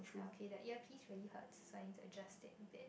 ya okay that earpiece really hurts so I need to adjust it a bit